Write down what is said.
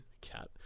cat